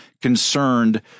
concerned